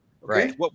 Right